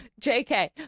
JK